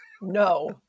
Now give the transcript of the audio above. no